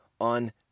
on